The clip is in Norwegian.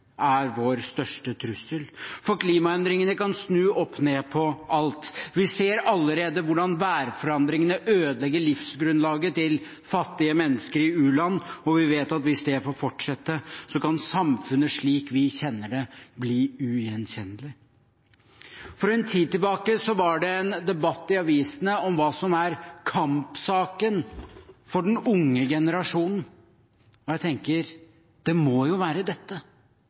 er vår største trussel. For klimaendringene kan snu opp ned på alt. Vi ser allerede hvordan værforandringene ødelegger livsgrunnlaget til fattige mennesker i u-land, og vi vet at hvis det får fortsette, kan samfunnet slik vi kjenner det, bli ugjenkjennelig. For en tid siden var det en debatt i avisene om hva som er kampsaken for den unge generasjonen, og jeg tenker at det må jo være dette: